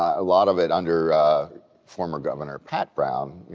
a lot of it under former governor pat brown,